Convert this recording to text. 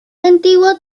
antiguo